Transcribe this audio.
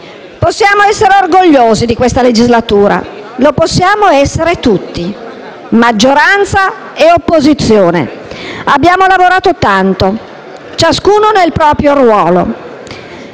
Possiamo essere orgogliosi di questa legislatura, possiamo esserlo tutti, maggioranza e opposizione. Abbiamo lavorato tanto, ciascuno nel proprio ruolo,